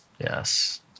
Yes